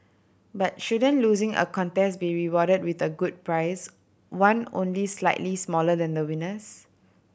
but shouldn't losing a contest be rewarded with a good prize one only slightly smaller than the winner's